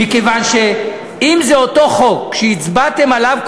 מכיוון שאם זה אותו חוק שהצבעתם עליו,